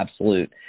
absolute